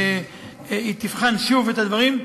והיא תבחן שוב את הדברים,